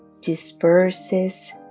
disperses